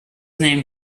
named